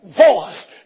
voice